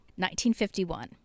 1951